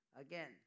Again